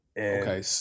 Okay